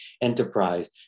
Enterprise